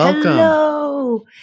Hello